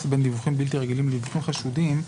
בין דיווחים בלתי רגילים לדיווחים חשודים,